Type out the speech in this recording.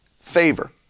favor